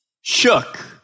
shook